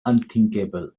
unthinkable